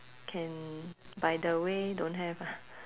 can by the way don't have ah